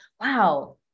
wow